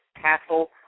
Castle